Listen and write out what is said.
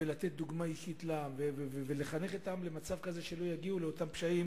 לתת דוגמה אישית לעם ולחנך את העם למצב כזה שלא יגיעו לאותם פשעים,